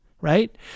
right